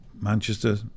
Manchester